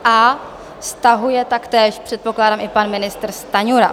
A stahuje taktéž, předpokládám, i pan ministr Stanjura.